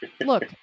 Look